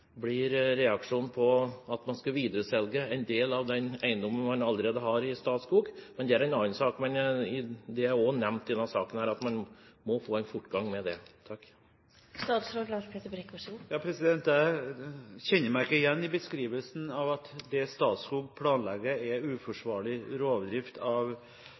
blir reaksjon på at man skal videreselge en del av den eiendommen man allerede har i Statskog. Det er en annen sak, men det er også nevnt i forbindelse med denne saken at man må få en fortgang i det. Jeg kjenner meg ikke igjen i beskrivelsen av at det Statskog planlegger, er uforsvarlig rovdrift av